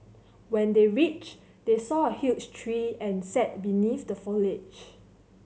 when they reached they saw a huge tree and sat beneath the foliage